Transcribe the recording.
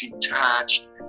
detached